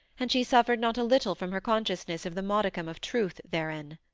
and she suffered not a little from her consciousness of the modicum of truth therein.